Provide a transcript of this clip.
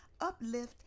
uplift